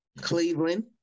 Cleveland